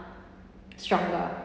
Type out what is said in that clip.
stronger